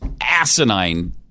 asinine